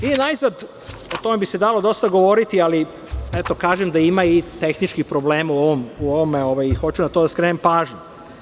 Najzad, o tome bi se dalo dosta govoriti, ali eto kažem da ima i tehničkih problema u ovom, hoću na to da skrenem pažnju.